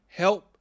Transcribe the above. help